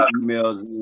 emails